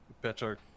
better